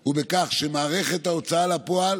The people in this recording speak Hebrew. הוא בכך שמערכת ההוצאה לפועל